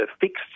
fixed